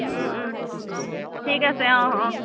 ও ও ঠিক আছে অঁ অঁ